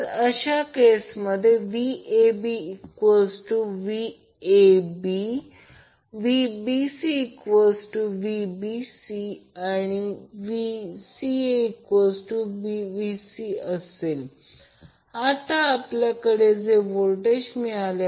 तर अशा केसमध्ये VabVAB VbcVBC VcaVCA आता आपल्याला जे व्होल्टेज मिळाले